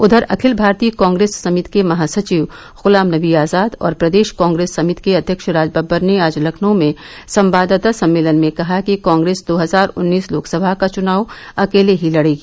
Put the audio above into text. उधर अखिल भारतीय कांग्रेस समिति के महासचिव गुलाम नबी आजाद और प्रदेश कांग्रेस समिति के अय्यक्ष राज बब्बर ने आज लखनऊ में संवाददाता सम्मेलन में कहा कि कॉप्रेस दो हजार उन्नीस लोकसभा का चुनाव अकेले ही लड़ेगी